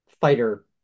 fighter